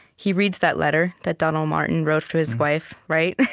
he reads that letter that donald martin wrote to his wife right